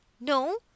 No